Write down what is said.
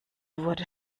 wurde